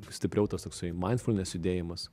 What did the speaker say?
stipriau tas toksai maindfulnes judėjimas